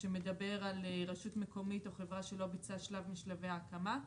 שמדבר על רשות מקומית או חברה שלא ביצעה שלב משלבי ההקמה,